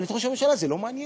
אבל את ראש הממשלה זה לא מעניין.